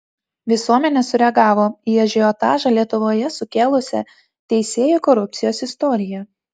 visuomenė sureagavo į ažiotažą lietuvoje sukėlusią teisėjų korupcijos istoriją